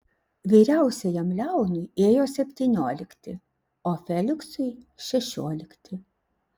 vyriausiajam leonui ėjo septyniolikti o feliksui šešiolikti